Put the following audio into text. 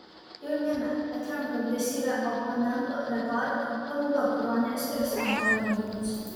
jaunime atremk agresyvią oponentų retoriką panaudok ironijos ir sąmojo ginklus